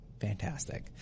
Fantastic